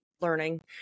learning